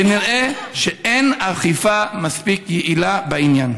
ונראה שאין אכיפה מספיק יעילה בעניין.